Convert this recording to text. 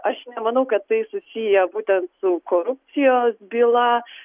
aš nemanau kad tai susiję būtent su korupcijos byla